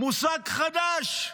מושג חדש,